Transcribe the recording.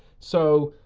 so,